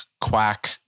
Quack